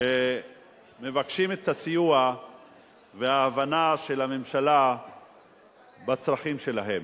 שמבקשות את הסיוע וההבנה של הממשלה לצרכים שלהן.